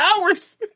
hours